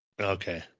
okay